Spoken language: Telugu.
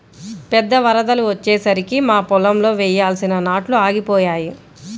పెద్ద వరదలు వచ్చేసరికి మా పొలంలో వేయాల్సిన నాట్లు ఆగిపోయాయి